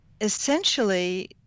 essentially